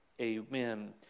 Amen